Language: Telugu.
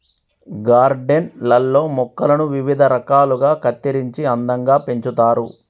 గార్డెన్ లల్లో మొక్కలను వివిధ రకాలుగా కత్తిరించి అందంగా పెంచుతారు